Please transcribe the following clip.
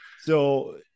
So-